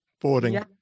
boarding